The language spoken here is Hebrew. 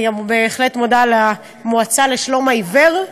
אני גם בהחלט מודה, ל"מועצה לשלום העיוור"?